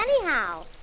anyhow